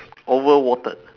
over watered